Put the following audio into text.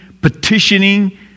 petitioning